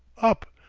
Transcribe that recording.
up,